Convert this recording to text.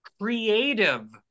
creative